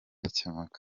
bikemuka